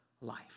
life